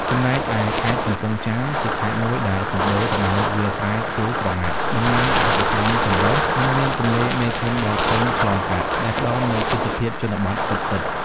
ចំណែកឯ ខេត្តកំពង់ចាម ជាខេត្តមួយដែលសម្បូរទៅដោយវាលស្រែខៀវស្រងាត់ ដំណាំកសិកម្មចម្រុះ និងមានទន្លេមេគង្គដ៏ធំឆ្លងកាត់ ដែលផ្តល់នូវទេសភាពជនបទពិតៗ។